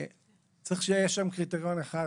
צריך שיהיה שם קריטריון אחד,